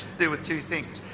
do with two things.